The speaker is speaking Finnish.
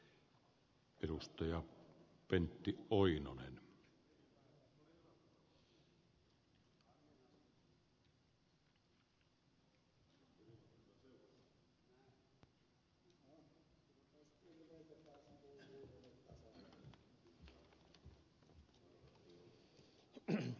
arvoisa puhemies